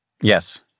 Yes